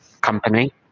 company